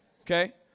Okay